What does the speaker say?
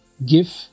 Give